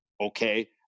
Okay